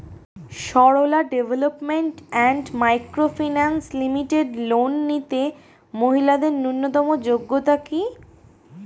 Sarala development and micro finance limited loan নিতে মহিলাদের ন্যূনতম যোগ্যতা কী?